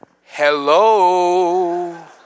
Hello